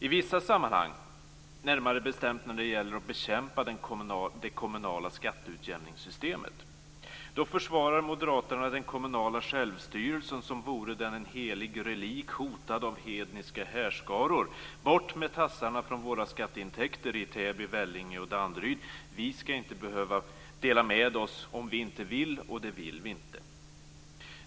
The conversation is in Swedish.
I vissa sammanhang, närmare bestämt när det handlar om att bekämpa det kommunala skatteutjämningssystemet, försvarar moderaterna den kommunala självstyrelsen som vore den en helig relik hotad av hedniska härskaror. "Bort med tassarna från våra skatteintäkter i Täby, Vellinge och Danderyd! Vi skall inte behöva dela med oss om vi inte vill. Och det vill vi inte!"